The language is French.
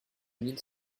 mille